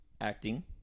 acting